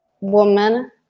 woman